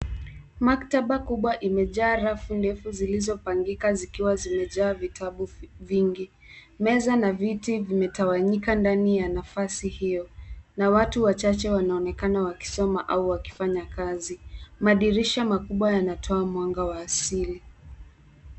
Maktaba kubwa imejaa rafu ndefu zilizo pangika zikiwa zimejaa vitabu vingi. Meza na viti vimetawanyika ndani ya nafasi hiyo. Na watu wachache wanaonekana wakisoma au wakifanya kazi. Madirisha makubwa yanatoa mwanga wa asili.